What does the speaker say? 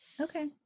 Okay